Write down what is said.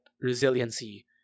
resiliency